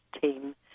Team